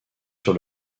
sur